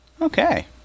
Okay